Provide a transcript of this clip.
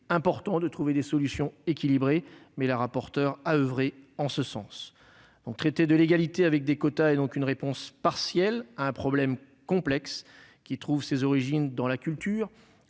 important de trouver des solutions équilibrées, mais notre rapporteure a oeuvré en ce sens. Traiter de l'égalité par le biais de quotas est donc une réponse partielle à un problème complexe qui trouve ses origines dans la culture,